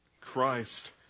Christ